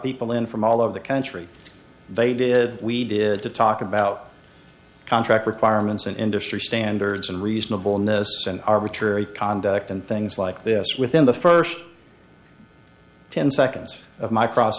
people in from all over the country they did we did to talk about contract requirements and industry standards and reasonableness and arbitrary conduct and things like this within the first ten seconds of my cross